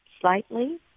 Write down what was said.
slightly